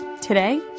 Today